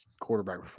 quarterback